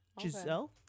Giselle